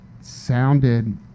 sounded